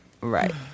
right